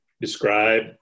describe